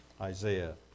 Isaiah